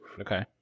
Okay